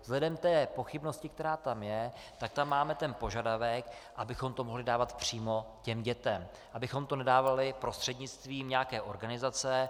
Vzhledem k pochybnosti, která tam je, tam máme požadavek, abychom to mohli dávat přímo dětem, abychom to nedávali prostřednictvím nějaké organizace.